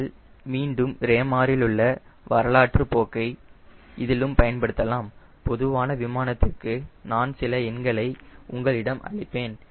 நீங்கள் மீண்டும் ரேமாறிலுள்ள வரலாற்றுப் போக்கை இதிலும் பயன்படுத்தலாம் பொதுவான விமானத்திற்கு நான் சில எண்களை உங்களுக்கு அளிப்பேன்